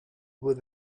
with